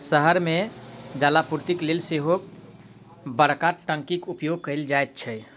शहर मे जलापूर्तिक लेल सेहो बड़का टंकीक उपयोग कयल जाइत छै